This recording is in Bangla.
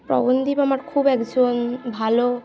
পবনদীপ আমার খুব একজন ভালো